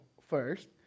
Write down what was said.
first